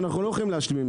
ואנו לא יכולים להשלים איתם.